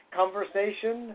conversation